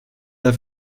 der